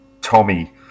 Tommy